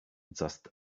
just